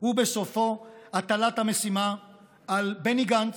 ובסופו הטלת המשימה על בני גנץ,